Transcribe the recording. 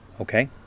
Okay